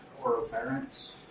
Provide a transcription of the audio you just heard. oropharynx